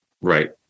right